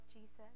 Jesus